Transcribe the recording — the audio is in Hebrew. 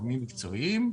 מטעמים מקצועיים,